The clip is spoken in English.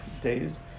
days